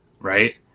Right